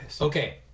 Okay